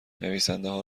نویسندهها